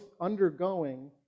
undergoing